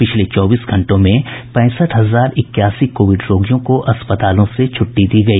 पिछले चौबीस घंटों में पैंसठ हजार इक्यासी कोविड रोगियों को अस्पतालों से छट्टी दी गई